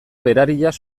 berariaz